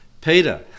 Peter